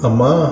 Ama